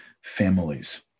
families